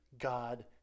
God